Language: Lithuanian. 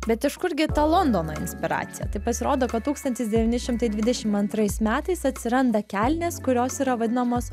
bet iš kurgi ta londono inspiracija tai pasirodo kad tūkstantis devyni šimtai dvidešim antrais metais atsiranda kelnės kurios yra vadinamos